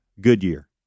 Goodyear